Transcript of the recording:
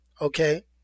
okay